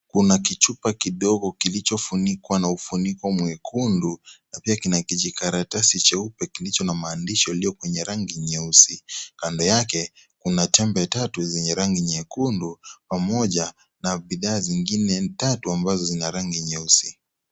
Kuna kichupa kidogo kilichofunikwa na ufuniko mwekundu na kuna kijikaratasi jeupe kilicho na maandshi kwenye rangi nyeusi Kando yake kuna tembe tatu zenye rangi nyekundu pamoja na bidhaa zingine tatu ambazo zina rangi nyeusi.